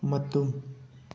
ꯃꯇꯨꯝ